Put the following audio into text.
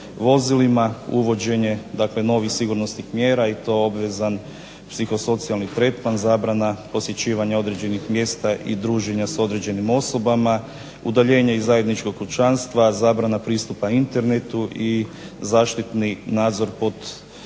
vozilima, uvođenje novih sigurnosnih mjera i to obvezan psihosocijalni tretman, zabrana posjećivanja određenih mjesta i druženje s određenim osobama, udaljenje iz zajedničkog kućanstva, zabrana pristupa internetu i zaštitni nadzor po punom